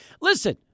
listen